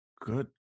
good